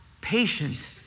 patient